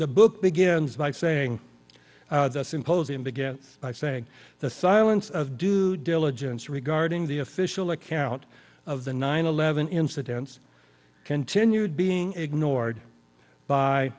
the book begins by saying the symposium began by saying the silence of due diligence regarding the official account of the nine eleven incidents continued being ignored by